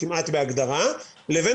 לבין